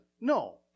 no